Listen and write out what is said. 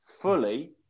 Fully